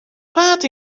paad